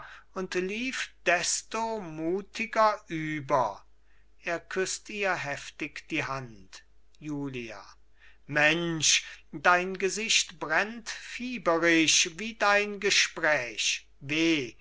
und lief desto mutiger über er küßt ihr heftig die hand julia mensch dein gesicht brennt fieberisch wie dein gespräch weh